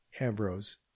Ambrose